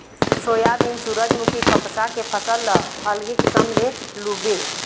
soybean, सूरजमूखी, कपसा के फसल ल अलगे किसम ले लूबे